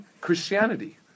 Christianity